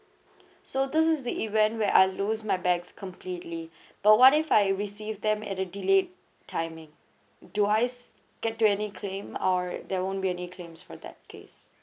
so this is the event where I lose my bags completely but what if I received them at the delayed timing do I s~ get to any claim or there won't be any claims for that case